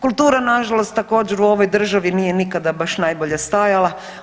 Kultura nažalost također u ovoj državi nije nikada baš najbolje stajala.